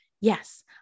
yes